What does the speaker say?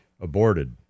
aborted